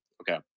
okay